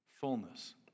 Fullness